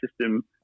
system